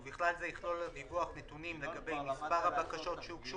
ובכלל זה יכלול הדיווח נתונים לגבי מספר הבקשות שהוגשו,